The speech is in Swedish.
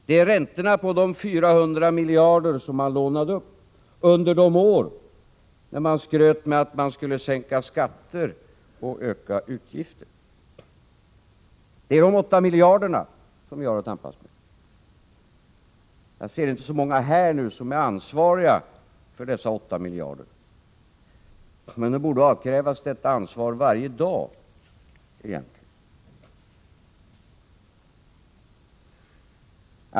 Det är räntorna på de 400 miljarder som man lånade upp under de år när man skröt med att man skulle sänka skatter och öka utgifter. Det är de 8 miljarderna vi har att tampas med. Jag ser inte så många här just nu som är ansvariga för dessa 8 miljarder, men de borde egentligen avkrävas detta ansvar varje dag.